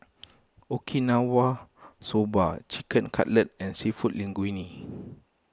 Okinawa Soba Chicken Cutlet and Seafood Linguine